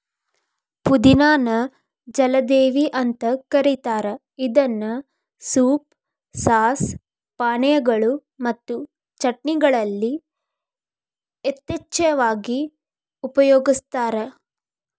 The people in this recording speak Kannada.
ಪುದಿನಾ ನ ಜಲದೇವಿ ಅಂತ ಕರೇತಾರ ಇದನ್ನ ಸೂಪ್, ಸಾಸ್, ಪಾನೇಯಗಳು ಮತ್ತು ಚಟ್ನಿಗಳಲ್ಲಿ ಯಥೇಚ್ಛವಾಗಿ ಉಪಯೋಗಸ್ತಾರ